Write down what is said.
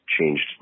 changed